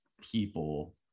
people